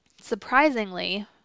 surprisingly